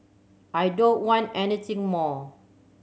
I don't want anything more